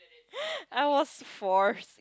I was force